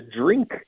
drink